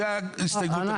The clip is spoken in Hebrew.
זאת ההסתייגות הראשונה.